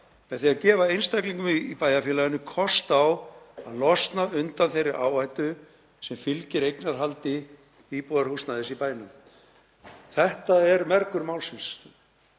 að gefa einstaklingum í bæjarfélaginu kost á að losna undan þeirri áhættu sem fylgir eignarhaldi íbúðarhúsnæðis í bænum.“ Þetta er mergur málsins.